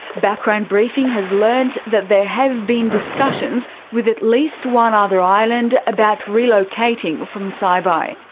background briefing has learnt that there have been discussions with at least one ah other island about relocating from saibai.